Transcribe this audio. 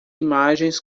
imagens